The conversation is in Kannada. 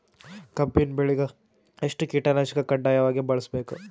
ಕಬ್ಬಿನ್ ಬೆಳಿಗ ಎಷ್ಟ ಕೀಟನಾಶಕ ಕಡ್ಡಾಯವಾಗಿ ಬಳಸಬೇಕು?